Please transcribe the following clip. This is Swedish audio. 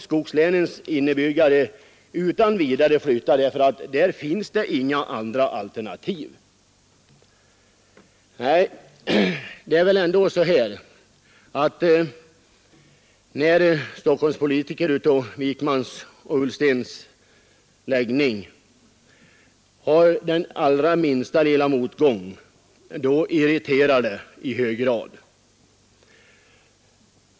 Skogslänens arbetslösa inbyggare måste utan vidare flytta eftersom det inte finns några andra alternativ När Stockholmspolitiker av herr Wijkmans och herr Ullstens läggning får den allra minsta lilla motgång, då irriterar detta i hög grad.